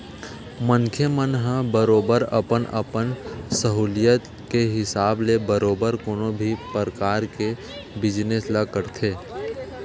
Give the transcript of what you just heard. मनखे मन ह बरोबर अपन अपन सहूलियत के हिसाब ले बरोबर कोनो भी परकार के बिजनेस ल करथे